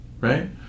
right